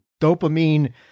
dopamine